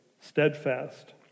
steadfast